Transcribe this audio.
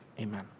Amen